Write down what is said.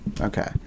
Okay